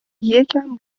یکم